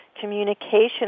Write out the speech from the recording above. communication